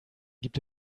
gibt